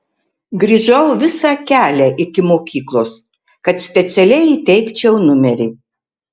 grįžau visą kelią iki mokyklos kad specialiai įteikčiau numerį